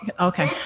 okay